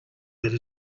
that